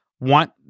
want